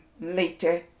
later